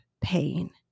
pain